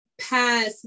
past